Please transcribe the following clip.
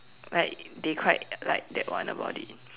like they quite like that one about it